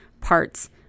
parts